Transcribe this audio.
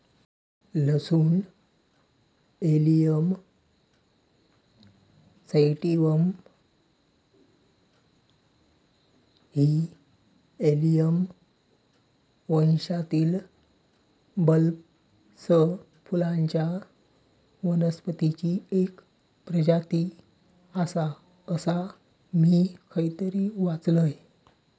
लसूण allium sativum ही allium वंशातील बल्बस फुलांच्या वनस्पतीची एक प्रजाती आसा, असा मी खयतरी वाचलंय